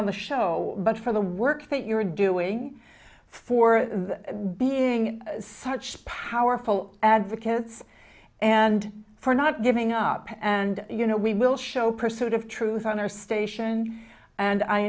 on the show but for the work that you're doing for being such powerful advocates and for not giving up and you know we will show pursuit of truth on our station and i